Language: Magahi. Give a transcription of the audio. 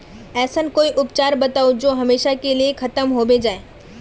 ऐसन कोई उपचार बताऊं जो हमेशा के लिए खत्म होबे जाए?